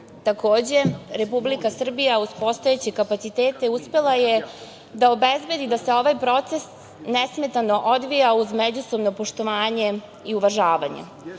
procesu. Takođe, Republika Srbija, uz postojeće kapacitete, uspela je da obezbedi da se ovaj proces nesmetano odvija uz međusobno poštovanje i uvažavanje. Ono